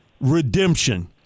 Redemption